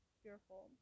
fearful